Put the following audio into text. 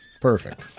perfect